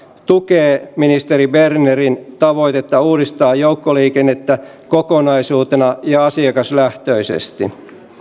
tukee ministeri bernerin tavoitetta uudistaa joukkoliikennettä kokonaisuutena ja asiakaslähtöisesti